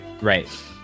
right